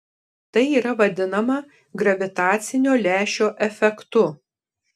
tai yra vadinama gravitacinio lęšio efektu